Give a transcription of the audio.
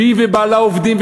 שהיא ובעלה עובדים,